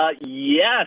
yes